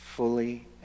fully